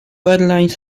airlines